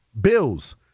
Bills